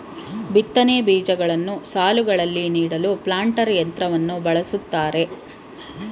ಬಿತ್ತನೆ ಬೀಜಗಳನ್ನು ಸಾಲುಗಳಲ್ಲಿ ನೀಡಲು ಪ್ಲಾಂಟರ್ ಯಂತ್ರವನ್ನು ಬಳ್ಸತ್ತರೆ